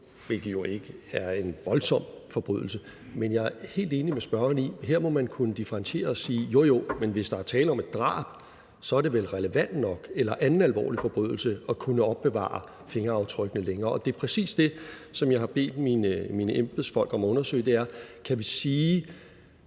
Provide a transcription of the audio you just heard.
hvilket jo ikke er en voldsom forbrydelse. Men jeg er helt enig med spørgeren i, at her må man kunne differentiere og sige: Jo, jo, men hvis der er tale om et drab eller en anden alvorlig forbrydelse, er det vel relevant nok at kunne opbevare fingeraftrykkene længere. Det er præcis det, som jeg har bedt mine embedsfolk om at undersøge.